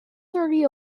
thirty